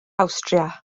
awstria